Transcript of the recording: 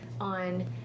on